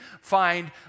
find